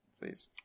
please